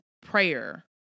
prayer